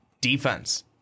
defense